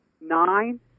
nine